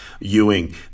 Ewing